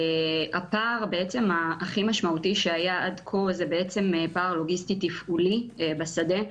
הפער הכי משמעותי שהיה עד כה הוא פער לוגיסטי תפעולי בשדה.